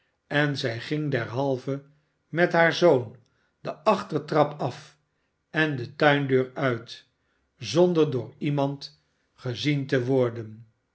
en zij ging derhalve met haar zoon de achtertrap af en de tuindeur uit zonder door iemand gezien te worden